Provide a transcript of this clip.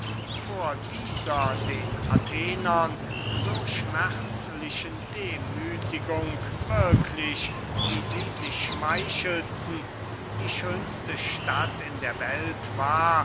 vor dieser den athenern so schmerzlichen demüthigung wirklich wie sie sich schmeichelten die schönste stadt in der welt war